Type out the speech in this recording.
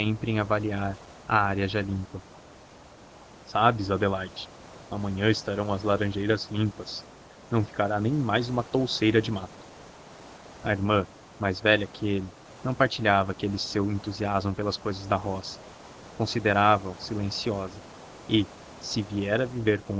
em avaliar a área já limpa sabes adelaide amanhã estarão as laranjeiras limpas não ficará nem mais uma touceira de mato a irmã mais velha que ele não partilhava aquele seu entusiasmo pelas cousas da roça considerava o silenciosa e se viera viver com